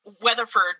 weatherford